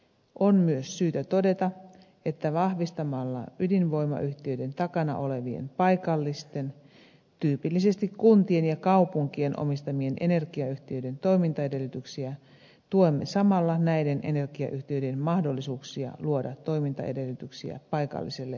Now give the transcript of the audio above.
on myös syytä todeta että vahvistamalla ydinvoimayhtiöiden takana olevien paikallisten tyypillisesti kuntien ja kaupunkien omistamien energiayhtiöiden toimintaedellytyksiä tuemme samalla näiden energiayhtiöiden mahdollisuuksia luoda toimintaedellytyksiä paikalliselle